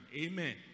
amen